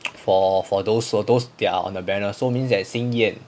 for for those for those that are on the banner so means that xin yan